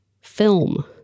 film